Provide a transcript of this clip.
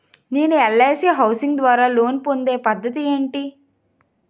నేను LIC housing ద్వారా loan పొందే పద్ధతి ఏంటి?